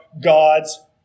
God's